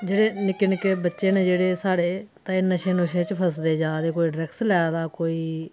जेह्डे़ निक्के निक्के बच्चे ना जेह्डे़ साडे़ नशे नुशे च फसदे जा'रदे कोई ड्रगस लेआ दा कोई